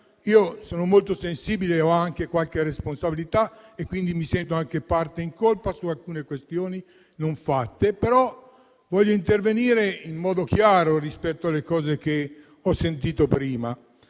io sono molto sensibile, ho anche qualche responsabilità e quindi mi sento in colpa per alcune questioni non affrontate. Però voglio intervenire in modo chiaro rispetto alle cose che ho sentito prima,